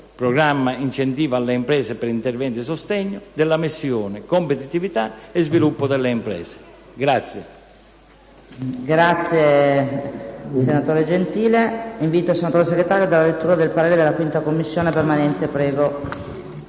programma «Incentivi alle imprese per interventi di sostegno» della missione «Competitività e sviluppo delle imprese» dello